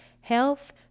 Health